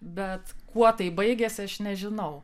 bet kuo tai baigėsi aš nežinau